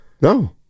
No